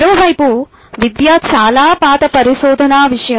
మరోవైపు విద్య చాలా పాత పరిశోధనా విషయం